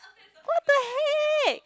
what the heck